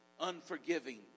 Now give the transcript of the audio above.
unforgiving